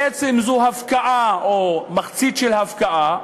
בעצם זו הפקעה או מחצית הפקעה.